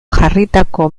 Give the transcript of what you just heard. jarritako